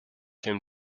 him